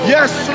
Yes